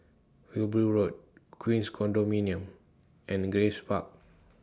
Wilby Road Queens Condominium and Grace Park